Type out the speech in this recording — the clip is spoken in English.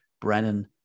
Brennan